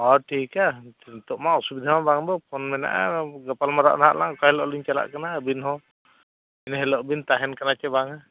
ᱦᱮᱸ ᱴᱷᱤᱠᱼᱟ ᱱᱤᱛᱳᱜ ᱢᱟ ᱚᱥᱩᱵᱤᱫᱷᱟ ᱦᱚᱸ ᱵᱟᱝ ᱫᱚ ᱯᱷᱳᱱ ᱢᱮᱱᱟᱜᱼᱟ ᱜᱟᱯᱟᱞᱢᱟᱨᱟᱜ ᱟᱞᱟᱝ ᱦᱟᱸᱜ ᱚᱠᱟ ᱦᱤᱞᱳᱜ ᱞᱤᱧ ᱪᱟᱞᱟᱜ ᱠᱟᱱᱟ ᱟᱹᱵᱤᱱ ᱦᱚᱸ ᱤᱱᱟᱹ ᱦᱤᱞᱳᱜ ᱵᱤᱱ ᱛᱟᱦᱮᱱ ᱠᱟᱱᱟ ᱪᱮ ᱵᱟᱝᱟ